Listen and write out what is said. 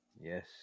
Yes